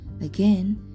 Again